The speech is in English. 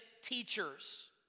teachers